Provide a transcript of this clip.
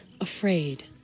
afraid